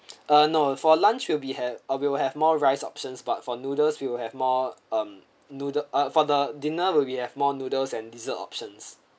ah no for lunch we will be had ah we will have more rice options but for noodles we will have more um noodle uh for the dinner will be have more noodles and dessert options